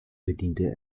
bediente